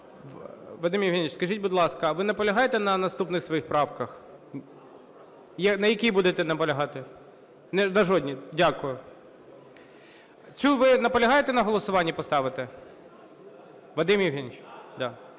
Вадим Євгенович, скажіть, будь ласка, а ви наполягаєте на наступних своїх правках? На якій будете наполягати? Не на жодній. Дякую. Ви наполягаєте на голосуванні? Поставити, Вадим Євгенович?